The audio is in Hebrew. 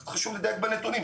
אז חשוב לדייק בנתונים,